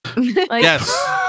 yes